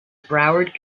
broward